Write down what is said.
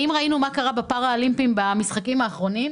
אם ראינו מה קרה בפארא אולימפיים במשחקים האחרונים,